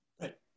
Right